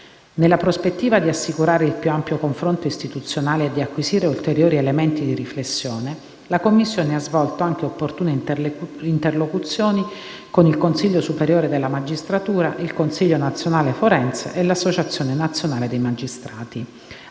Nella prospettiva di assicurare il più ampio confronto istituzionale e di acquisire ulteriori elementi di riflessione, la commissione ha svolto anche opportune interlocuzioni con il Consiglio superiore della magistratura, il Consiglio nazionale forense, l'Associazione nazionale dei magistrati.